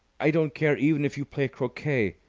i don't care even if you play croquet,